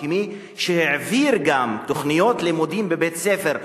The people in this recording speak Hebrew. או כמי שהעביר גם תוכניות לימודים בבית-ספר,